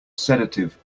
sedative